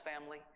family